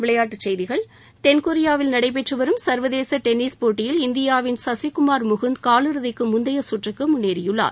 விளையாட்டுச்செய்திகள் தென்கொரியாவில் நடைபெற்று வரும் சர்வதேச டென்னிஸ் போட்டியில் இந்தியாவின் சசிகுமார் முகுந்த் காலிறுதிக்கு முந்தைய சுற்றுக்கு முன்னேறியுள்ளார்